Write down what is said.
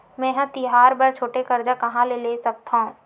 मेंहा तिहार बर छोटे कर्जा कहाँ ले सकथव?